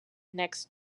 next